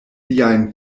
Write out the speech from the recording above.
liajn